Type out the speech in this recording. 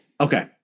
Okay